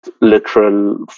literal